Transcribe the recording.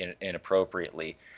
inappropriately